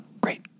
great